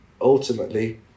ultimately